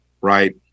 Right